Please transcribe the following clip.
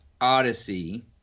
odyssey